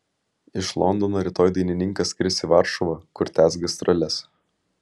iš londono rytoj dainininkas skris į varšuvą kur tęs gastroles